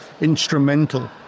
instrumental